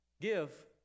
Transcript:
give